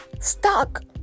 Stuck